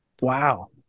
Wow